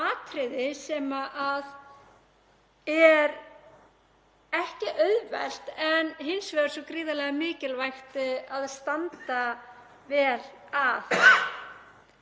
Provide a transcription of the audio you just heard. sem er ekki auðvelt en hins vegar svo gríðarlega mikilvægt að standa vel að.